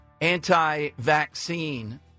anti-vaccine